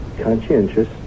conscientious